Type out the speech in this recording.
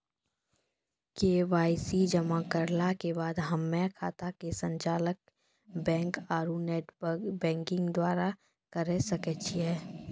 KYC जमा करला के बाद हम्मय खाता के संचालन बैक आरू नेटबैंकिंग द्वारा करे सकय छियै?